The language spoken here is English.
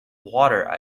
water